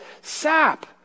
sap